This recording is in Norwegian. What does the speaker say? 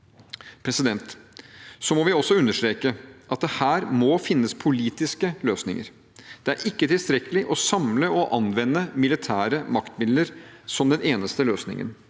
oppgavene. Vi må understreke at det her må finnes politiske løsninger, det er ikke tilstrekkelig å samle og anvende militære maktmidler som den eneste løsningen.